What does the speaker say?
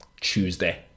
Tuesday